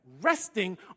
resting